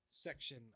section